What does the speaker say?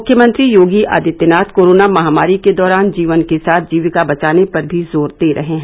मुख्यमंत्री योगी आदित्यनाथ कोरोना महामारी के दौरान जीवन के साथ जीविका बचाने पर भी जोर दे रहे हैं